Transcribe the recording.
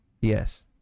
Yes